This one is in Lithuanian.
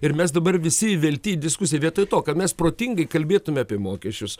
ir mes dabar visi įvelti į diskusiją vietoj to kad mes protingai kalbėtume apie mokesčius